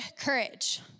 courage